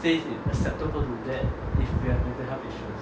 say it's acceptable to do that if we have mental health issues